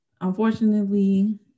unfortunately